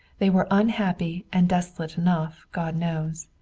they were unhappy and desolate enough, god knows.